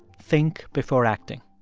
think before acting